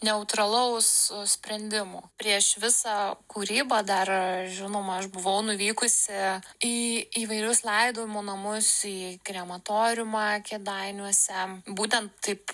neutralaus sprendimo prieš visą kūrybą dar žinoma aš buvau nuvykusi į įvairius laidojimo namus į krematoriumą kėdainiuose būtent taip